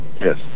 Yes